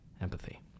empathy